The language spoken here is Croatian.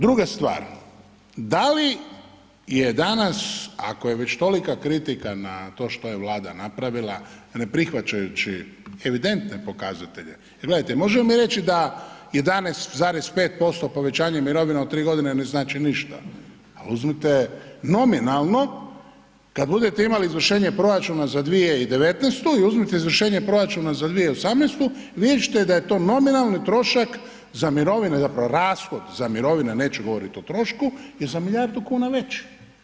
Druga stvar, da li je danas, ako je već tolika kritika na to što je Vlada napravila ne prihvaćajući evidentne pokazatelje, jer gledajte možemo mi reći da 11,5% povećanje mirovina u tri godine ne znači ništa, ali uzmite nominalno kad budete imali izvršenje proračuna za 2019. i uzmite izvršenje proračuna za 2018. i vidjet ćete da je to nominalni trošak za mirovine, zapravo rashod za mirovine, neću govorit o trošku, je za milijardu kuna veći.